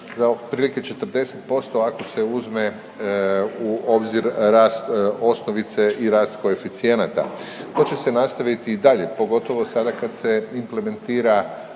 otprilike 40% ako se uzme u obzir rast osnovice i rast koeficijenata. To će se nastaviti i dalje, pogotovo sada kad se implementira